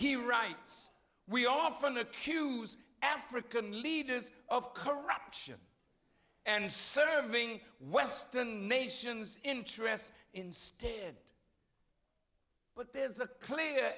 he writes we often accuse african leaders of corruption and serving western nations interests instead but there is a clear